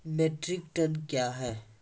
Metric ton कया हैं?